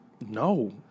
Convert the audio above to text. No